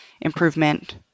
improvement